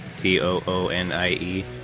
T-O-O-N-I-E